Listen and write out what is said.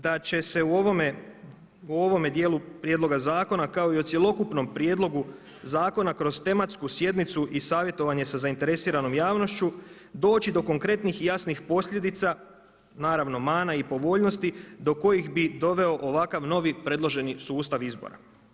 Smatramo da će se u ovome dijelu prijedloga zakona kao i o cjelokupnom prijedlogu zakona kroz tematsku sjednicu i savjetovanje sa zainteresiranom javnošću doći do konkretnih i jasnih posljedica, naravno mana i povoljnosti, do kojih bi doveo ovakav novi predloženi sustav izbora.